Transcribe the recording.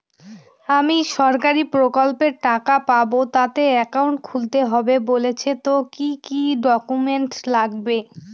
আমি সরকারি প্রকল্পের টাকা পাবো তাতে একাউন্ট খুলতে হবে বলছে তো কি কী ডকুমেন্ট লাগবে?